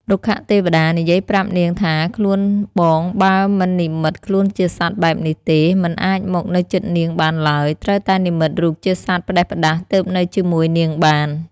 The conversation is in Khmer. រុក្ខទេវតានិយាយប្រាប់នាងថាខ្លួនបងបើមិននិម្មិត ខ្លួនជាសត្វបែបនេះទេ មិនអាចមកនៅជិតនាងបានឡើយត្រូវតែនិម្មិតរូបជាសត្វផ្ដេសផ្ដាស់ទើបនៅជាមួយ នាងបាន ។